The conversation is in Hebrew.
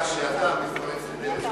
כך שאתה מתפרץ לדלת פתוחה.